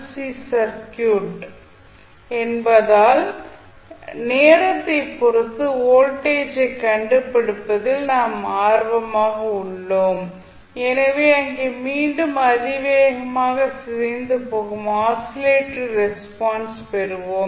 C circuit என்பதால் நேரத்தை பொறுத்து வோல்டேஜ் ஐ கண்டுபிடிப்பதில் நாம் ஆர்வமாக உள்ளோம் எனவே இங்கே மீண்டும் அதிவேகமாக சிதைந்து போகும் ஆசிலேட்டரி ரெஸ்பான்ஸ் பெறுவோம்